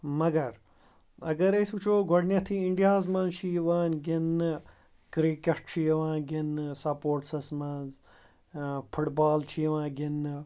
مگر اگر أسۍ وٕچھو گۄڈنٮ۪تھٕے اِنڈیاہَس منٛز چھِ یِوان گِنٛدنہٕ کِرٛکٮ۪ٹ چھُ یِوان گِںٛدنہٕ سپوٹسَس منٛز فُٹ بال چھِ یِوان گِںٛدنہٕ